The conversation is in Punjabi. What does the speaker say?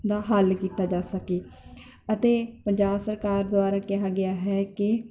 ਦਾ ਹੱਲ ਕੀਤਾ ਜਾ ਸਕੇ ਅਤੇ ਪੰਜਾਬ ਸਰਕਾਰ ਦੁਆਰਾ ਕਿਹਾ ਗਿਆ ਹੈ ਕਿ